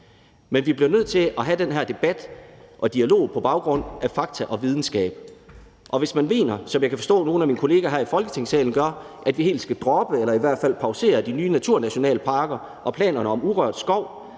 Men vi bliver nødt til at have den her debat og dialog på baggrund af fakta og videnskab, og hvis man mener, som jeg kan forstå nogle af mine kolleger her i Folketingssalen gør, at vi helt skal droppe eller i hvert fald pausere de nye naturnationalparker og planerne om urørt skov,